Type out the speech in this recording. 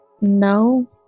no